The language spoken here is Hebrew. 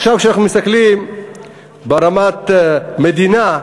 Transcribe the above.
כשאנחנו מסתכלים ברמת המדינה,